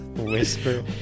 Whisper